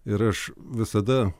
ir aš visada